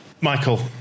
Michael